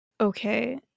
Okay